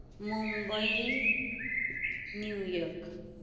Mumbai New York